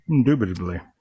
Indubitably